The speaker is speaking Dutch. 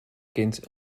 kind